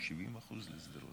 70% לשדרות.